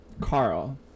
Carl